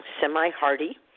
semi-hardy